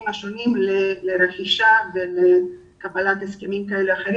השונים לרכישה ולקבלת הסכמים אחרים שכאלה.